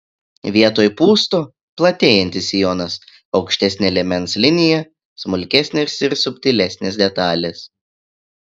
vietoj pūsto platėjantis sijonas aukštesnė liemens linija smulkesnės ir subtilesnės detalės